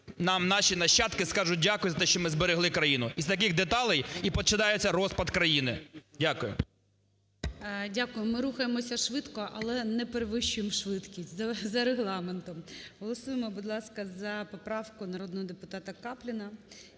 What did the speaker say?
нам наші нащадки скажуть дякую за те, що ми зберегли країну. Із таких деталей і починається розпад країни. Дякую. ГОЛОВУЮЧИЙ. Дякую. Ми рухаємося швидко, але не перевищуємо швидкість, за регламентом. Голосуємо, будь ласка, за поправку народного депутата Капліна,